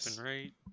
right